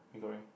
Mee-Goreng